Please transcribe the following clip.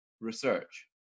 research